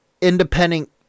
independent